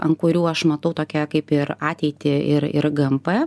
ant kurių aš matau tokią kaip ir ateitį ir ir gmp